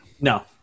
No